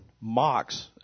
mocks